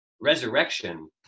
Resurrection